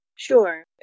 Sure